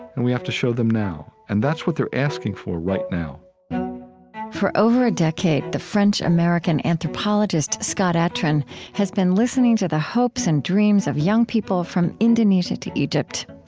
and we have to show them now. and that's what they're asking for right now for over a decade, the french-american anthropologist scott atran has been listening to the hopes and dreams of young people from indonesia to egypt.